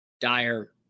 dire